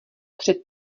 před